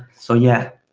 so yeah,